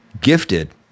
gifted